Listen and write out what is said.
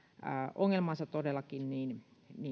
ongelmansa todellakin